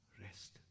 rest